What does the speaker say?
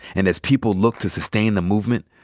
and as people look to sustain the movement,